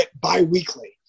bi-weekly